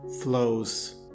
flows